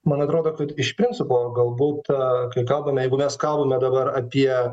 man atrodo kad iš principo galbūt kai kalbame jeigu mes kalbame dabar apie